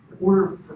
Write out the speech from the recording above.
order